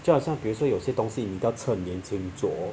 就好像比如说有些东西你要趁年轻做